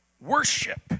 worship